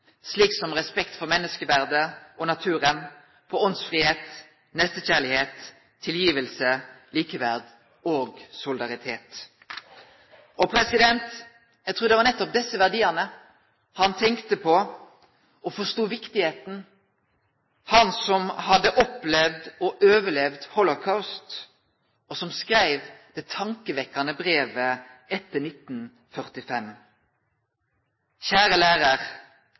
slik som respekt for menneskeverdet og naturen, på åndsfridom, nestekjærleik, tilgjeving, likeverd og solidaritet». Eg trur det var nettopp desse verdiane han tenkte på og forstod viktigheita av, han som hadde opplevd og overlevd Holocaust, og som skreiv det tankevekkjande brevet etter